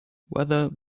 whether